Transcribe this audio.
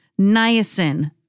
niacin